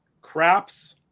Craps